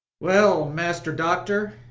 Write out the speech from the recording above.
well, master doctor,